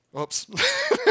Oops